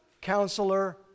Counselor